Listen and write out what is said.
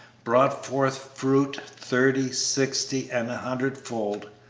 brought forth fruit, thirty, sixty, and a hundred-fold.